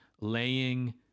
laying